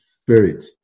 spirit